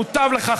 מוטב לך,